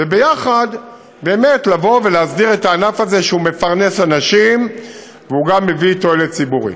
וביחד לבוא ולהסדיר את הענף הזה שמפרנס אנשים וגם מביא תועלת ציבורית.